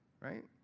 Right